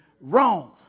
wrong